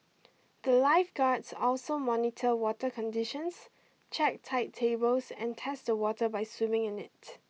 the lifeguards also monitor water conditions check tide tables and test the water by swimming in it